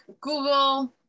Google